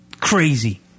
Crazy